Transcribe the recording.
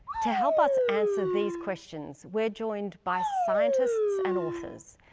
to help us answer these questions, we are joined by scientists and authors.